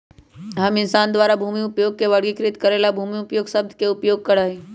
हम इंसान द्वारा भूमि उपयोग के वर्गीकृत करे ला भूमि उपयोग शब्द के उपयोग करा हई